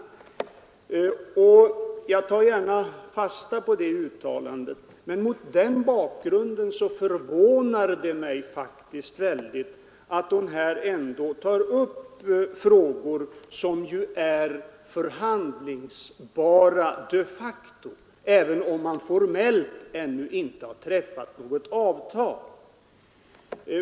Jag tar gärna fasta på det uttalandet, men mot den bakgrunden förvånar det mig att hon ändå tar upp frågor här som de facto är förhandlingsbara, även om man formellt ännu inte träffat något avtal.